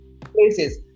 places